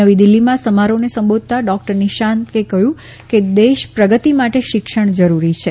નવી દીલ્ફીમાં સમારોહને સંબોધતા ડોકટર નિશાંકે કહયું કે દેશ પ્રગતિ માટે શિક્ષણ જરૂરી છે